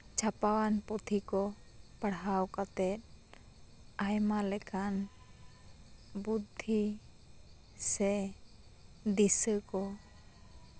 ᱪᱷᱟᱯᱟᱣᱟᱱ ᱯᱩᱛᱷᱤ ᱠᱚ ᱯᱟᱲᱦᱟᱣ ᱠᱟᱛᱮᱜ ᱟᱭᱢᱟ ᱞᱮᱠᱟᱱ ᱵᱩᱫᱽᱫᱷᱤ ᱥᱮ ᱫᱤᱥᱟᱹ ᱠᱚ